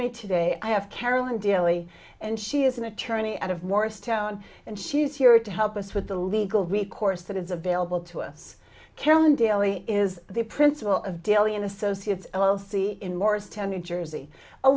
me today i have carolyn dealy and she is an attorney out of morristown and she's here to help us with the legal recourse that is available to us carolyn daly is the principal of delhi and associates l l c in morristown new jersey a